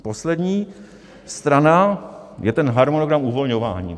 Poslední strana je ten harmonogram uvolňování.